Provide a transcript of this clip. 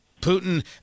putin